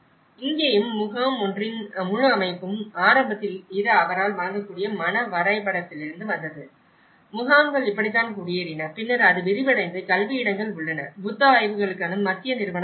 இங்கேயும் முகாம் 1 இன் முழு அமைப்பும் ஆரம்பத்தில் இது அவரால் வாங்கக்கூடிய மன வரைபடத்திலிருந்து வந்தது முகாம்கள் இப்படித்தான் குடியேறின பின்னர் அது விரிவடைந்து கல்வி இடங்கள் உள்ளன புத்த ஆய்வுகளுக்கான மத்திய நிறுவனம் உள்ளது